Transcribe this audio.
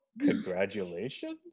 congratulations